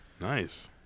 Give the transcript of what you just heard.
Nice